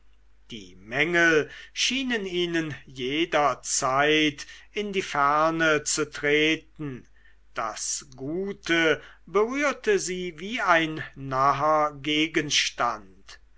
die mängel schienen ihnen jederzeit in die ferne zu treten das gute berührte sie wie ein naher gegenstand